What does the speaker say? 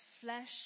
flesh